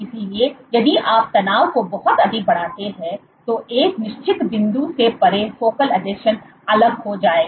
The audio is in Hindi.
इसलिए यदि आप तनाव को बहुत अधिक बढ़ाते हैं तो एक निश्चित बिंदु से परे फोकल आसंजन अलग हो जाएगा